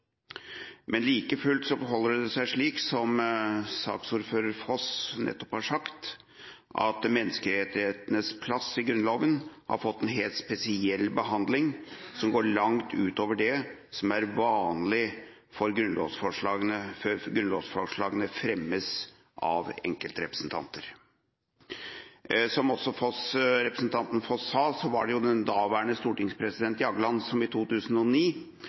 Men like fullt forholder det seg slik som saksordfører Foss nettopp har sagt, at menneskerettighetenes plass i Grunnloven har fått en helt spesiell behandling som går langt utover det som er vanlig før grunnlovsforslag fremmes av enkeltrepresentanter. Som også representanten Foss sa, var det jo daværende stortingspresident Jagland som i 2009